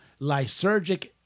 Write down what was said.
lysergic